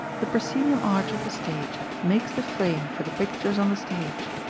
the proscenium arch of the stage makes the frame for the pictures on the stage.